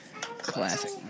Classic